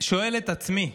שואל את עצמי,